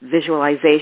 visualization